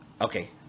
Okay